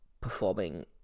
performing